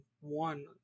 one